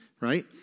right